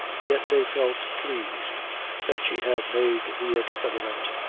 yet they felt pleased that she had made the experiment,